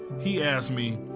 he asked me,